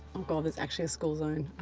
oh god there's actually a school zone,